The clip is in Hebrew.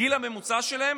הגיל הממוצע שלהם